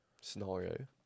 Scenario